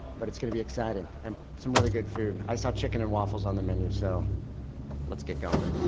but it's going to be exciting, and some really good food. i saw chicken and waffles on the menu so let's get going.